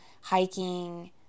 Hiking